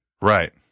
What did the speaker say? right